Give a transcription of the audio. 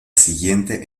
siguiente